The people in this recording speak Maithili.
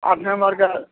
आठ नम्मरके